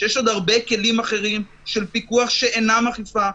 שיש עוד הרבה כלים אחרים של פיקוח שאינם אכיפה,